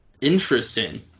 Interesting